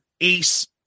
Ace